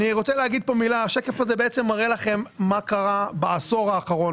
אני אומר לכם מה שאמרתי לראש הממשלה בדיון